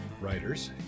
writers